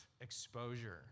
exposure